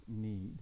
need